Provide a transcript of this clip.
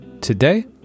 Today